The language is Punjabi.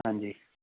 ਹਾਂਜੀ